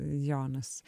jo nes